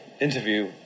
interview